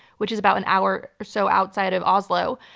which is about an hour or so outside of oslo,